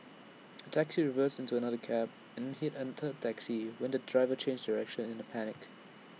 A taxi reversed into another cab then hit A third taxi when the driver changed direction in A panic